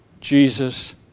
Jesus